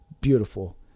beautiful